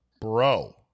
Bro